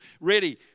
ready